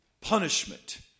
punishment